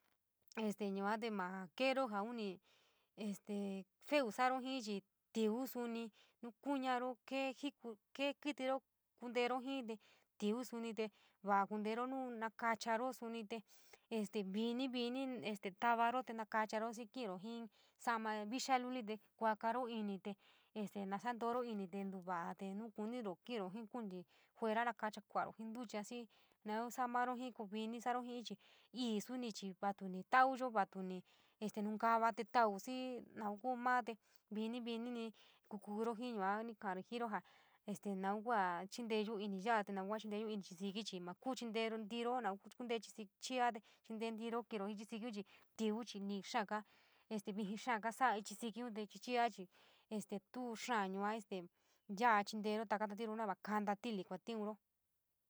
Este yua maa keero jaa uni este feo sa’ayo chii tíví, suni nuu kuñaro kee jiku kee kítí kuntero jii te tiuu sconite, va’a kuuntero nuu nakacharo, xii kiiro jii sa’ama vixo lulite kuakaro ini te este nasantuyo ini te ntucha nu kuniro kiiro jii konte fuera nakacha va’ayo jii ntucha xii naun sa’a mayo jii koo vaatuni este nunkava te touu xii, naun kua maa te vini, vinini kuukuro jii, yua ni kaari jiro este nau kua jaa chinteeyo ya’a, te naun kua chinteyo ini chii síkí maakuu chinteyo ntiro naun kuntee ichi síkí ichi chiio, tee chintee ntiro kiiro jii ichi síkí tee tíví chii, ni’ii xaaga este vijiin xaaga sa’a ichi síkíun te ichi chia chii este tuu xáá, yua este ya’a chintero taka ntatiuro nava kanta ti’ili kuantiiunro.